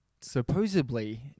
supposedly